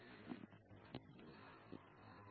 ஆம்